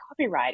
copywriting